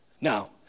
Now